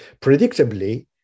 Predictably